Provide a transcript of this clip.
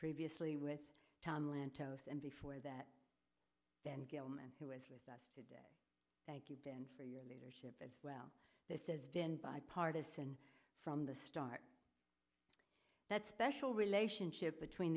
previously with tom lantos and before that ben gilman who is with us today thank you ben for your leadership as well this has been bipartisan from the start that special relationship between